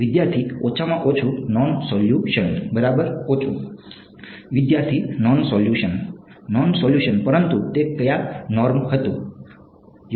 વિદ્યાર્થી ઓછામાં ઓછું નોન સોલ્યુશન બરાબર ઓછું વિદ્યાર્થી નોન - સોલ્યુશન નોન - સોલ્યુશન પરંતુ તે કયા નોર્મ હતું